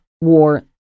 war